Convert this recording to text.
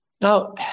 Now